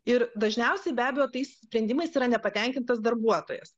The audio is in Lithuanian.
ir dažniausiai be abejo tais sprendimais yra nepatenkintas darbuotojas